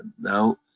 now